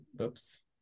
oops